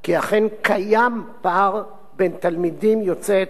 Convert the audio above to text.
כי אכן קיים פער בין תלמידים יוצאי